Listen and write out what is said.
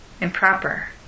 improper